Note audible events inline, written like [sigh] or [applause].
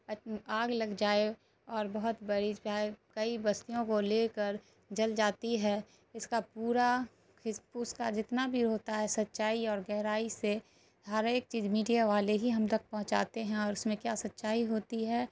آگ لگ جائے اور بہت بڑی [unintelligible] کئی بستیوں کو لے کر جل جاتی ہے اس کا پورا اس اس کا جتنا بھی ہوتا ہے سچائی اور گہرائی سے ہر ایک چیز میڈیا والے ہی ہم تک پہنچاتے ہیں اور اس میں کیا سچائی ہوتی ہے